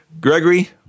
Gregory